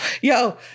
Yo